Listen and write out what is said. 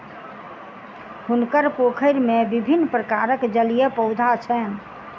हुनकर पोखैर में विभिन्न प्रकारक जलीय पौधा छैन